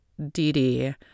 DD